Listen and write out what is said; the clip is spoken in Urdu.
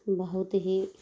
بہت ہی